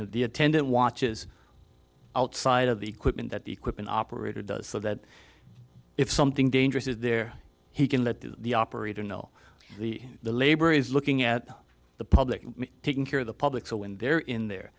know the attendant watches outside of the equipment that the equipment operator does so that if something dangerous is there he can let the operator know the the labor is looking at the public taking care of the public so when they're in there